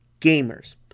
gamers